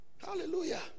Hallelujah